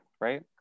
right